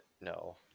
no